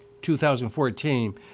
2014